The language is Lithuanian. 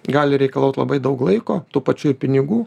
gali reikalaut labai daug laiko tų pačių pinigų